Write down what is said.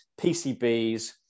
PCBs